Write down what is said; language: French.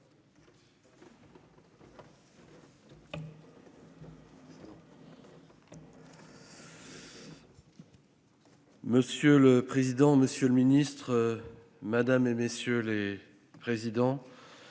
Monsieur le président, Monsieur le Ministre. Madame et messieurs les présidents.